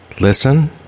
Listen